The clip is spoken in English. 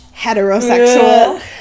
heterosexual